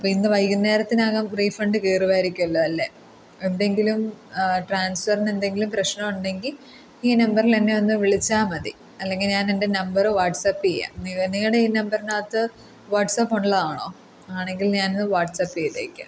അപ്പം ഇന്ന് വൈകുന്നേരത്തിനകം റീഫണ്ട് കയറുമായിരിക്കുമല്ലോ അല്ലെ എന്തെങ്കിലും ട്രാൻസ്ഫറിന് എന്തെങ്കിലും പ്രശ്നം ഉണ്ടെങ്കിൽ ഈ നമ്പറിൽ എന്നെ ഒന്ന് വിളിച്ചാൽ മതി അല്ലെങ്കിൽ ഞാൻ എൻ്റെ നമ്പറ് വാട്സ്പ്പ് ചെയ്യാം നിങ്ങളുടെ ഈ നമ്പറിനകത്ത് വാട്സ്പ്പ് ഉള്ളതാണോ ആണെങ്കിൽ ഞാൻ ഇത് വാട്സ്പ്പ് ചെയ്തേക്കാം